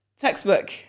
textbook